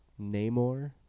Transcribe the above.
Namor